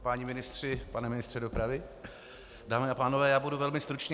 Páni ministři, pane ministře dopravy, dámy a pánové, budu velmi stručný.